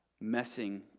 messing